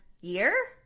year